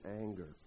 anger